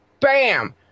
Bam